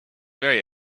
very